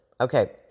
Okay